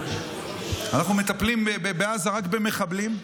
בעזה אנחנו מטפלים רק במחבלים.